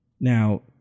Now